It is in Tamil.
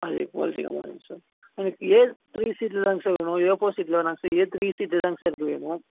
அது குவாலிட்டி கம்மியாக இருக்கும் சார் எனக்கு ஏ த்ரீ ஷீட்டில்தாங்க வேணும் ஏ ஃபோர் ஷீட்டில் வேணாங்க சார் ஏ த்ரீ ஷீட்டு தாங்க சார் இது வேணும்